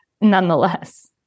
nonetheless